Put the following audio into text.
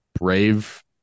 brave